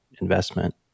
investment